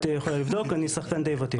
את יכולה לבדוק, אני שחקן די ותיק.